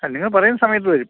ആ നിങ്ങൾ പറയുന്ന സമയത്ത് തരും